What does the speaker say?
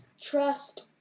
trust